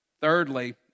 Thirdly